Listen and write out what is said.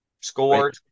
scored